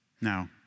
Now